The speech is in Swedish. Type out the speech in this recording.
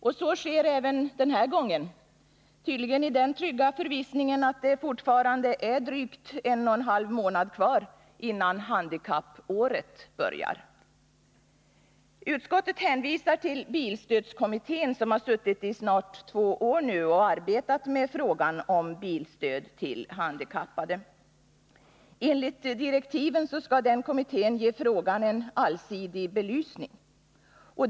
Så gör utskottet även denna gång, tydligen i den trygga förvissningen om att det fortfarande är drygt en och en halv månad kvar innan handikappåret börjar. Utskottet hänvisar till bilstödskommittén, som i snart två år har arbetat med frågan om bilstöd till handikappade. Enligt direktiven skall kommittén ge frågan en allsidig belysning.